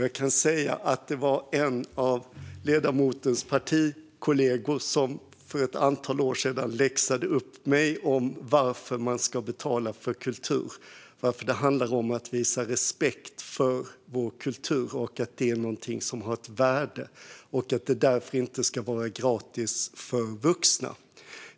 Jag kan säga att en av ledamotens partikollegor för ett antal år sedan läxade upp mig om varför man ska betala för kultur - att det handlar om att visa respekt för vår kultur, att det är någonting som har ett värde och att det därför inte ska vara gratis för vuxna.